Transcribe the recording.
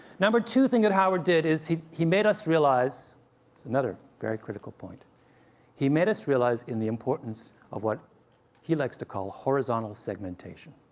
number two thing that howard did is he he made us realize it's another very critical point he made us realize the importance of what he likes to call horizontal segmentation.